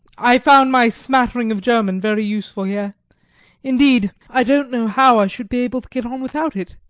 i found my smattering of german very useful here indeed, i don't know how i should be able to get on without it.